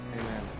Amen